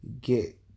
get